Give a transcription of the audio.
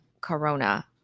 Corona